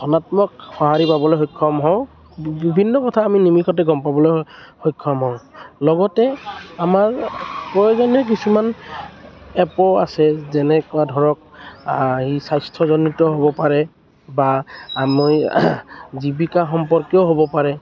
ধনাত্মক সঁহাৰি পাবলৈ সক্ষম হওঁ বি বিভিন্ন কথা আমি নিমিষতে গম পাবলৈ সক্ষম হওঁ লগতে আমাৰ প্ৰয়োজনীয় কিছুমান এপো আছে যেনেকুৱা ধৰক ই স্বাস্থ্য়জনিত হ'ব পাৰে বা আমি জীৱিকা সম্পৰ্কীয় হ'ব পাৰে